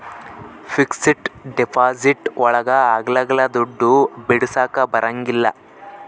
fixed deposit ಒಳಗ ಅಗ್ಲಲ್ಲ ದುಡ್ಡು ಬಿಡಿಸಕ ಬರಂಗಿಲ್ಲ